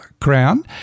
crown